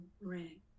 ring